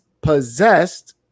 possessed